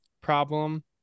problem